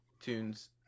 Tunes